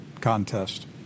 contest